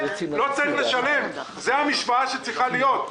לא צריך לשלם זאת המשוואה שצריכה להיות,